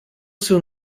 seu